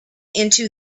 into